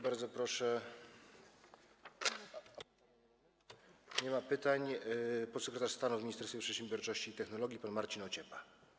Bardzo proszę, podsekretarz stanu w Ministerstwie Przedsiębiorczości i Technologii pan Marcin Ociepa.